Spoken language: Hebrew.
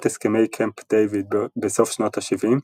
הסכמי קמפ דייוויד בסוף שנות השבעים,